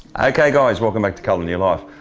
okay guys, welcome back to colour in your life.